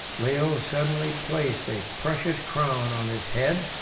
leo suddenly placed a precious crown on his head,